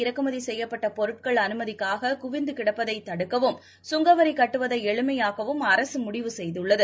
இறக்குமதிசெய்யப்பட்டபொருட்கள் ஏற்கனவே அனுமதிகளுக்காககுவிந்துகிடப்பதைதடுக்கவும் சுங்கவரிகட்டுவதைஎளிமையாக்கவும் அரசுமுடிவு செய்துள்ளது